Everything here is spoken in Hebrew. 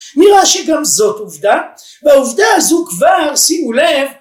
נראה שגם זאת עובדה, בעובדה הזו כבר שימו לב